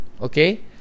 okay